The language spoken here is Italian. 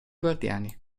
guardiani